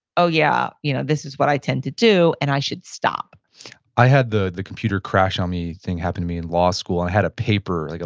oh, yeah, you know this is what i tend to do, and i should stop i had the the computer crash on me thing happen to me in law school. and i had a paper, like